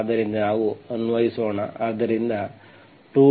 ಆದ್ದರಿಂದ ನಾವು ಅನ್ವಯಿಸೋಣ ಆದ್ದರಿಂದ 2 tanyZ